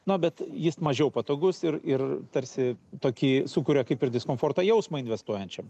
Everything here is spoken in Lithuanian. nu bet jis mažiau patogus ir ir tarsi tokį sukuria kaip ir diskomforto jausmą investuojančiam